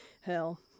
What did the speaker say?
Hell